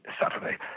Saturday